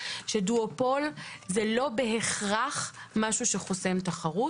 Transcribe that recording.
שדואופול זה לא בהכרח משהו שחוסם תחרות.